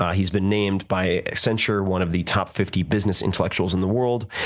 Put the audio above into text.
he's been named by senture one of the top fifty business intellectuals in the world,